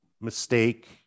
mistake